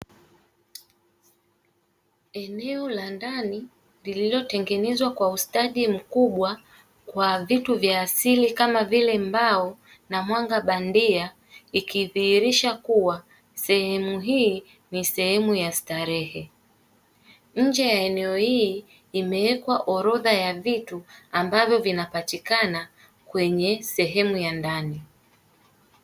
Eneo la ndani lililotengenezwa kwa ustadi mkubwa kwa vitu vya asili, kama vile mbao na mwanga bandia, ikidhihirisha kuwa sehemu hili nisehemu ya starehe. Nje ya eneo hii imewekwa orodha ya vitu, ambavyo vianapatikana kwenye sehemu ya ndani.